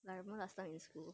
I remember last time in school